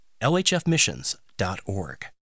lhfmissions.org